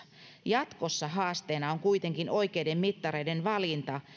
jatkossa haasteena on kuitenkin oikeiden mittareiden valinta